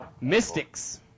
Mystics